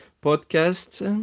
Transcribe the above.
podcast